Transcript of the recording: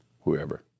whoever